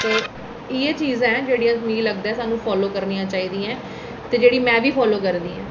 ते इ'यै चीज ऐ जेह्ड़ी मिगी लगदा ऐ स्हान्नू फालो करनियां चाहिदियां ते जेह्ड़ी में बी फालो करनी आं